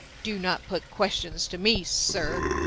do not put questions to me, sir,